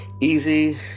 easy